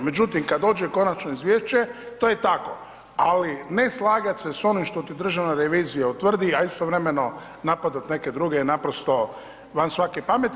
Međutim, kad dođe konačno izvješće, to je tako, ali ne slagat se s onim što ti Državna revizija utvrdi, a istovremeno napadat neke druge je naprosto van svake pameti.